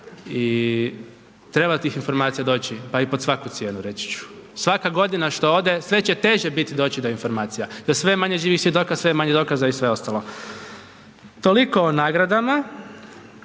i treba do tih informacija doći, pa i pod svaku cijenu reći ću. Svaka godina što ode sve će teže biti doći do informacija jer sve je manje živih svjedoka, sve je manje dokaza i sve ostalo. Toliko o nagradama,